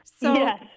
Yes